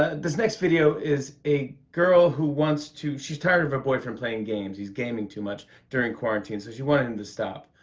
this next video is a girl who wants to she's tired of her boyfriend playing games. he's gaming too much during quarantine. so she wanted him to stop.